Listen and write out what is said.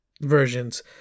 versions